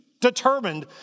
determined